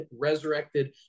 resurrected